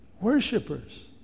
Worshippers